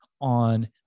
on